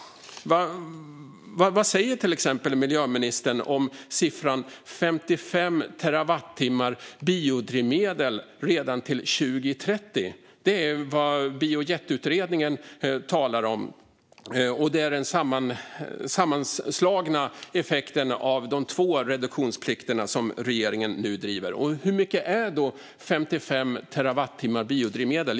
Vad säger till exempel miljöministern om siffran 55 terawattimmar biodrivmedel redan till 2030? Det är vad Biojetutredningen talar om. Det är den sammanslagna effekten av de två reduktionsplikter som regeringen nu driver. Hur mycket är då 55 terawattimmar biodrivmedel?